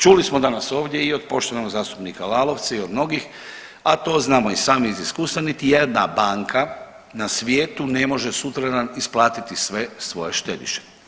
Čuli smo danas ovdje i od poštovanog zastupnika Lalovca i od mnogih, a to znamo i sami iz iskustva niti jedna banka na svijetu ne može sutradan isplatiti sve svoje štediše.